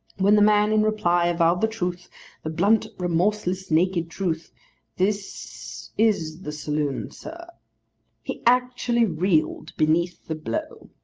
when the man in reply avowed the truth the blunt, remorseless, naked truth this is the saloon, sir' he actually reeled beneath the blow.